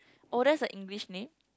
oh that's a English name